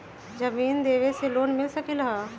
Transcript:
जमीन देवे से लोन मिल सकलइ ह?